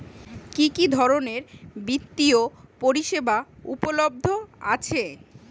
কি কি ধরনের বৃত্তিয় পরিসেবা উপলব্ধ আছে?